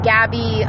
Gabby